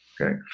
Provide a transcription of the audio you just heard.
Okay